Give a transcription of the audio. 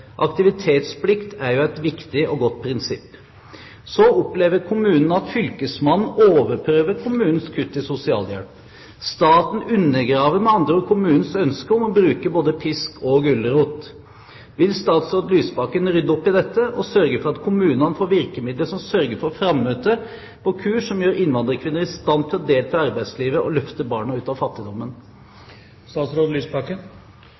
Aktivitetsplikt er jo et viktig og godt prinsipp. Så opplever kommunen at fylkesmannen overprøver kommunens kutt i sosialhjelp. Staten undergraver med andre ord kommunens ønske om å bruke både pisk og gulrot. Vil statsråd Lysbakken rydde opp i dette og sørge for at kommunene får virkemidler som sørger for frammøte på kurs som gjør innvandrerkvinner i stand til å delta i arbeidslivet og løfte barna ut av